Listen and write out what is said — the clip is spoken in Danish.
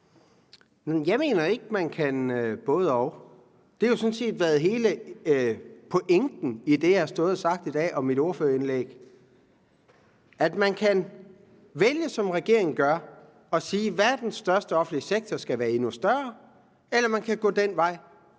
Jeg mener ikke, at man kan både-og. Det har jo sådan set været hele pointen i det, jeg har stået og sagt i dag, og i mit ordførerindlæg, nemlig at man kan vælge, som regeringen gør, og sige, at verdens største offentlige sektor skal være endnu større, eller man kan gå den vej,